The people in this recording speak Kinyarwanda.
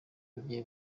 agiye